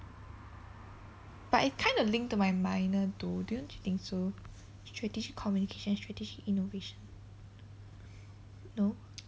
but it kinda link to my minor though don't you think so strategic communication strategic innovation no